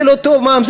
זה לא טוב מע"מ,